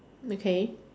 okay